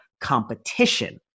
competition